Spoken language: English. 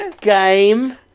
Game